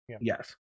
Yes